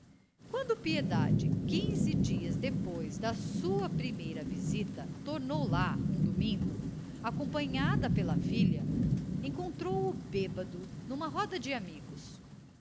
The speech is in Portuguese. quando piedade quinze dias depois da sua primeira visita tornou lá um domingo acompanhada pela filha encontrou-o bêbedo numa roda de amigos